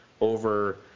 over